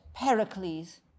Pericles